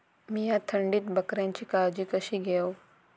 मीया थंडीत बकऱ्यांची काळजी कशी घेव?